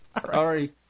Sorry